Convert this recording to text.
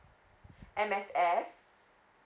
M_S_F